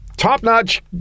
Top-notch